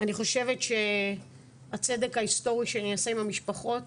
אני חושבת שהצדק ההיסטורי שאני אעשה עם המשפחות,